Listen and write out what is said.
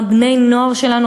בני-הנוער שלנו,